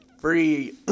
free